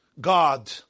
God